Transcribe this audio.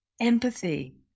Empathy